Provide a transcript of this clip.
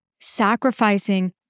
sacrificing